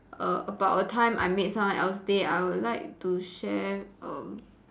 err about a time I made someone else day I would like to share err